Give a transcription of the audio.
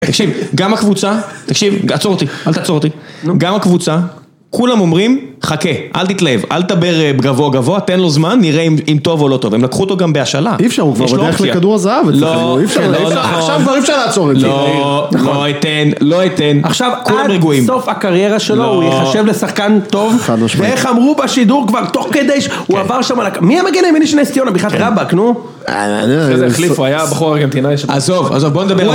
תקשיב, גם הקבוצה, תקשיב, עצור אותי, אל תעצור אותי, גם הקבוצה, כולם אומרים, חכה, אל תתלהב, אל תדבר בגבוה גבוה, תן לו זמן, נראה אם טוב או לא טוב, הם לקחו אותו גם בהשאלה. אי אפשר, הוא כבר בדרך לכדור הזהב, אי אפשר, עכשיו כבר אי אפשר לעצור את זה. לא, לא אתן, לא אתן, כולם רגועים. עכשיו עד סוף הקריירה שלו, הוא ייחשב לשחקן טוב, ואיך אמרו בשידור כבר תוך כדי, הוא עבר שם, מי המגן הימיני של נס ציונה, בחיאת רבאק, נו?